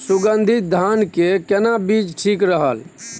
सुगन्धित धान के केना बीज ठीक रहत?